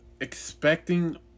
expecting